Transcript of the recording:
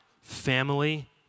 family